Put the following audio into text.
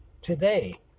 today